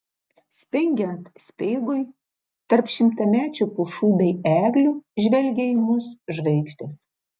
spengiant speigui tarp šimtamečių pušų bei eglių žvelgė į mus žvaigždės